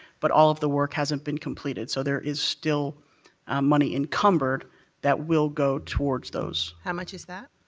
but all of the work hasn't been completed, so there is still money encumbered that will go towards those. how much is that?